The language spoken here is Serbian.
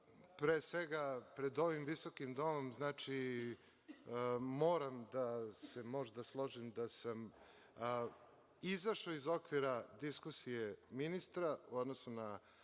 Pre svega, ja pred ovim visokim domom moram da se možda složim da sam izašao iz okvira diskusije ministra, u odnosu na